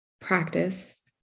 practice